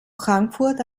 frankfurt